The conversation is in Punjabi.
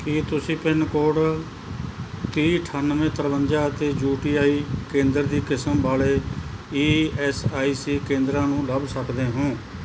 ਕੀ ਤੁਸੀਂ ਪਿੰਨ ਕੋਡ ਤੀਹ ਅਠਾਨਵੇਂ ਤਰਵੰਜਾ ਅਤੇ ਯੂ ਟੀ ਆਈ ਕੇਂਦਰ ਦੀ ਕਿਸਮ ਵਾਲੇ ਈ ਐਸ ਆਈ ਸੀ ਕੇਂਦਰਾਂ ਨੂੰ ਲੱਭ ਸਕਦੇ ਹੋ